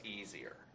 easier